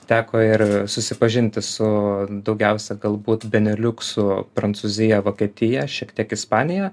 teko ir susipažinti su daugiausia galbūt beneliuksu prancūzija vokietija šiek tiek ispanija